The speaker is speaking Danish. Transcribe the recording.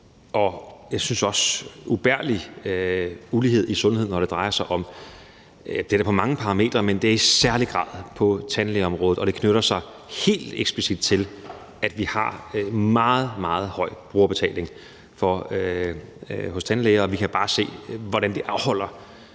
urimelig, og jeg synes også ubærlig ulighed i sundhed, og det er der på mange parametre. Men det er i særlig grad på tandlægeområdet, og det knytter sig helt eksplicit til, at vi har en meget, meget høj brugerbetaling hos tandlæger, og vi kan bare se, hvordan det afholder